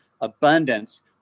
abundance